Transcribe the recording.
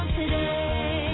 today